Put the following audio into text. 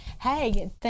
hey